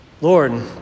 Lord